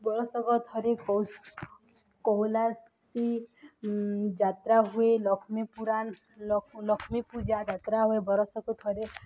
ବର୍ଷକ ଥରେ କଳସ ଯାତ୍ରା ହୁଏ ଲକ୍ଷ୍ମୀପୁରାଣ ଲକ୍ଷ୍ମୀ ପୂଜା ଯାତ୍ରା ହୁଏ ବର୍ଷକ ଥରେ